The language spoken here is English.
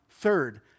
Third